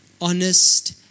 honest